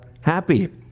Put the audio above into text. happy